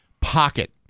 pocket